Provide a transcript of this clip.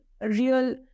real